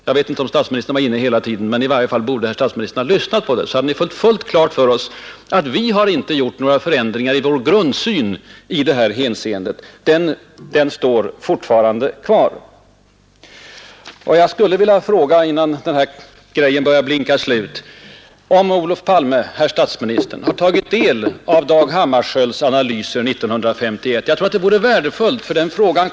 Jag vet inte om statsministern var inne hela tiden, men i varje fall borde statsministern ha lyssnat på det. Då hade han fått fullt klart för sig att vi inte har gjort några förändringar i vår grundsyn i detta hänseende; den står fortfarande kvar. Jag skulle till sist vilja fråga om statsminister Olof Palme har tagit del av Dag Hammarskjölds Europaanalys från 1951. Jag tror att det vore värdefullt.